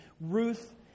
Ruth